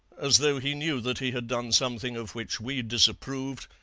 as though he knew that he had done something of which we disapproved,